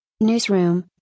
Newsroom